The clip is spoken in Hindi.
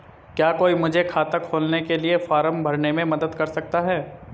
क्या कोई मुझे खाता खोलने के लिए फॉर्म भरने में मदद कर सकता है?